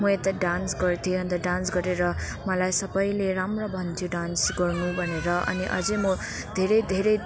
म यता डान्स गर्थेँ अन्त डान्स गरेर मलाई सबैले राम्रो भन्थ्यो डान्स गर्नु भनेर अनि अझै म धेरै धेरै